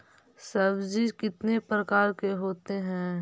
सब्जी कितने प्रकार के होते है?